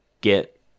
get